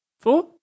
Four